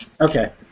Okay